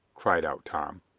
cried out tom.